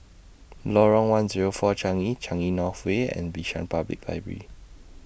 Lorong one Zero four Changi Changi North Way and Bishan Public Library